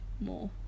more